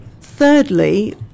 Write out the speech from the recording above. Thirdly